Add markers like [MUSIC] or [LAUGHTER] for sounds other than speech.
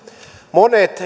monet [UNINTELLIGIBLE]